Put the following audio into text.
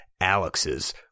Alex's